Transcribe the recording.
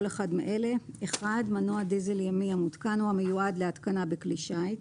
כל אחד מאלה: מנוע דיזל ימי המותקן או המיועד להתקנה בכלי שיט,